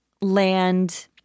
land